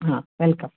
ಹಾಂ ವೆಲ್ಕಮ್